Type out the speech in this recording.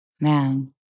Man